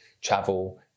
travel